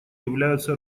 являются